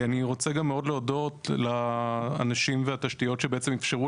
אני רוצה גם מאוד להודות לאנשים והתשתיות שבעצם אפשרו